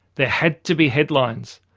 there had to be headlines.